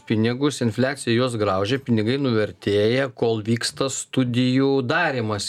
pinigus infliacija juos graužė pinigai nuvertėja kol vyksta studijų darymas